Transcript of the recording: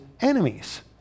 enemies